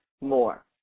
more